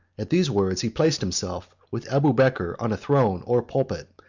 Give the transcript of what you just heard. at these words he placed himself, with abubeker, on a throne or pulpit,